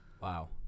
wow